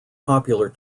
popular